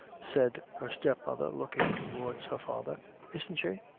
said her step-mother, looking towards her father isn't she?